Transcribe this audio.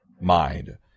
mind